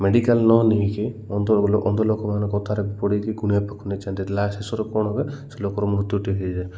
medical ନ ନେଇକି ଅ ଅନ୍ଧ ଲୋକମାନଙ୍କ କଥାରେ ପଡ଼ିକି ଗୁଣିଆ ପାଖକୁ ନେଇଯାନ୍ତି ଲା ଶେଷରେ କଣ ହୁଏ ସେ ଲୋକର ମୂତ୍ୟୁଟି ହେଇଯାଏ